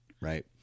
Right